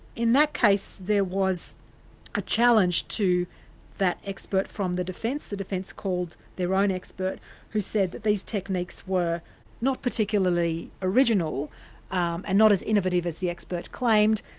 in that case there was a challenge to that expert from the defence the defence called their own expert who said that these techniques were not particularly original and not as innovative as the expert claimed,